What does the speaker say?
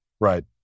right